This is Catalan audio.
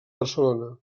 barcelona